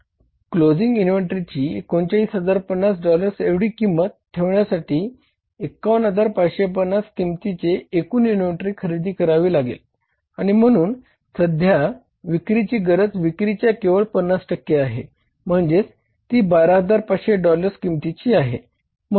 closing इन्व्हेंटरीची 39050 dollars एवढी किंमत ठेवण्यासाठी 51550 किंमतीचे एकूण इन्व्हेंटरी खरेदी करावी लागेल आणि म्हणून सध्या विक्रीची गरज विक्रीच्या केवळ 50 टक्के आहे म्हणजेच ती 12500 डॉलर्स किंमतीचे आहे